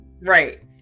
Right